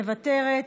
מוותרת,